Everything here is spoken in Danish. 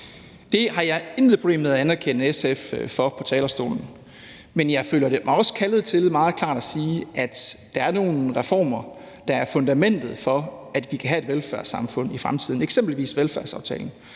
Det har jeg intet problem med på talerstolen at anerkende SF for, men jeg føler mig også kaldet til meget klart at sige, at der er nogle reformer, der er fundamentet for, at vi kan have et velfærdssamfund i fremtiden, eksempelvis velfærdsaftalen.